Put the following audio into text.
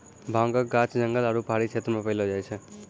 भांगक गाछ जंगल आरू पहाड़ी क्षेत्र मे पैलो जाय छै